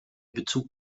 bezug